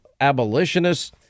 abolitionists